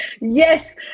Yes